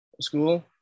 school